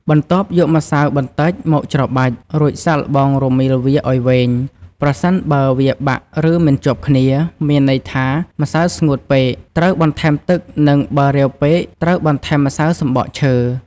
បន្ទាប់យកម្សៅបន្តិចមកច្របាច់ រួចសាកល្បងរមៀលវាឱ្យវែង ប្រសិនបើវាបាក់ឬមិនជាប់គ្នា មានន័យថាម្សៅស្ងួតពេក ត្រូវបន្ថែមទឹកនិងបើរាវពេក ត្រូវបន្ថែមម្សៅសំបកឈើ។